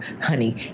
honey